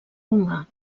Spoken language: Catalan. humà